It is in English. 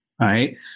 right